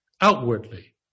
outwardly